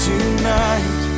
Tonight